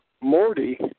Morty